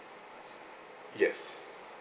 yes